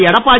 Edappadi